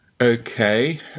Okay